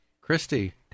Christy